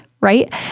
right